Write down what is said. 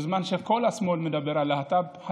בזמן שכל השמאל מדבר על להט"ב,